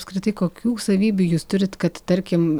apskritai kokių savybių jūs turit kad tarkim